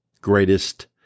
greatest